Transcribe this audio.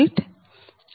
01j0